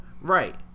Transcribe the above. Right